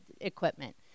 equipment